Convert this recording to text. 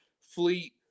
Fleet